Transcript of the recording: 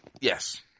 Yes